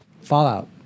Fallout